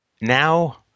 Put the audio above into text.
Now